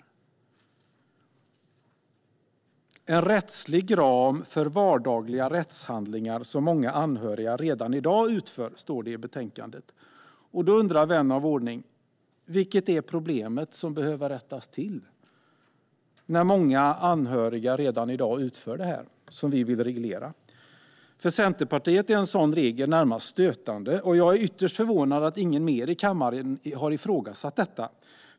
I betänkandet står det: "en rättslig ram för sådana vardagliga rättshandlingar som många anhöriga redan i dag utför". Då undrar vän av ordning: Vilket problem är det som behöver rättas till? Många anhöriga utför redan i dag det som man här vill reglera. För Centerpartiet är en sådan regel närmast stötande, och jag är ytterst förvånad över att ingen annan i kammaren har ifrågasatt detta.